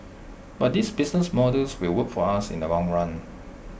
but these business models will work for us in the long run